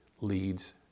leads